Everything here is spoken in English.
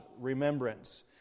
remembrance